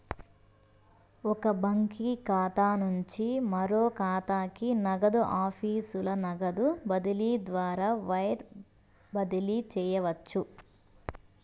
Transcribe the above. ఒక బాంకీ ఖాతా నుంచి మరో కాతాకి, నగదు ఆఫీసుల నగదు బదిలీ ద్వారా వైర్ బదిలీ చేయవచ్చు